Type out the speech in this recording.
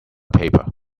paper